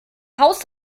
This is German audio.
haus